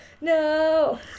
no